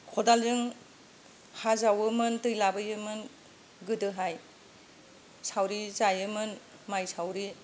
खदालजों हा जावोमोन दै लाबोयोमोन गोदोहाय सावरि जायोमोन माइ सावरि